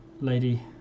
lady